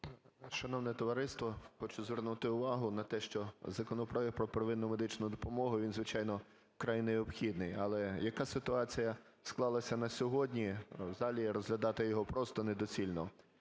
Шановне товариство, хочу звернути увагу на те, що законопроект про первинну медичну допомогу, він, звичайно, вкрай необхідний. Але яка ситуація склалася на сьогодні: в залі розглядати його просто недоцільно.